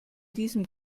diesem